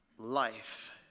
life